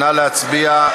נא להצביע.